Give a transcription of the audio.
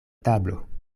tablo